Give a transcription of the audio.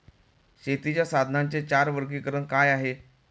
शेतीच्या साधनांचे चार वर्गीकरण काय आहे?